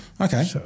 Okay